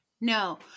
No